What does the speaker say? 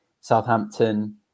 Southampton